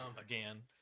Again